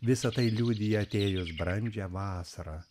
visa tai liudija atėjus brandžią vasarą